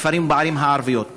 בערים ובכפרים הערביים,